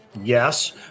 Yes